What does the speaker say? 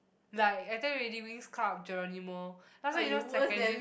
like I think really Winx-Club Geronimo last time you know secondary